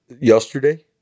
Yesterday